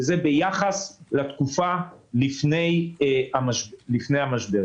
זה ביחס לתקופה שלפני המשבר.